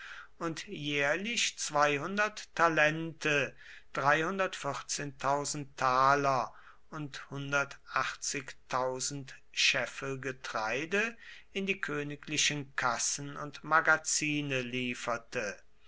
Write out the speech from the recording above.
und jährlich talente und scheffel getreide in die königlichen kassen und magazine lieferte